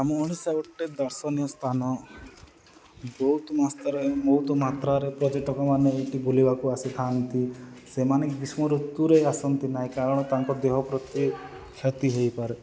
ଆମ ଓଡ଼ିଶା ଗୋଟେ ଦର୍ଶନୀୟ ସ୍ଥାନ ବହୁତ ମସ୍ତ୍ରାରେ ବହୁତ ମାତ୍ରାରେ ପର୍ଯ୍ୟଟକମାନେ ଏଠି ବୁଲିବାକୁ ଆସିଥାନ୍ତି ସେମାନେ ଗ୍ରୀଷ୍ମ ଋତୁରେ ଆସନ୍ତି ନାହିଁ କାରଣ ତାଙ୍କ ଦେହ ପ୍ରତି କ୍ଷତି ହେଇପାରେ